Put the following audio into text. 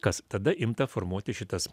kas tada imta formuoti šitas